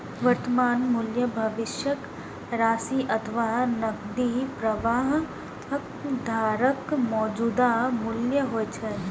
वर्तमान मूल्य भविष्यक राशि अथवा नकदी प्रवाहक धाराक मौजूदा मूल्य होइ छै